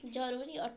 ଜରୁରୀ ଅଟେ